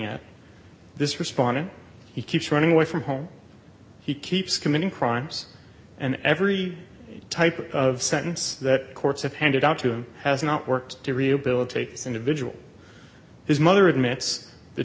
at this respondent he keeps running away from home he keeps committing crimes and every type of sentence that courts have handed out to him has not worked to rehabilitate this individual his mother admits that